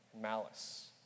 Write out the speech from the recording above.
malice